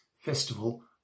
festival